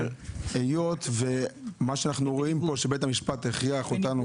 הוא אומר: היות ובית המשפט הכריח אותנו,